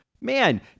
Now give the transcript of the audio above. Man